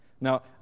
Now